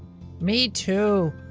me too.